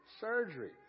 surgery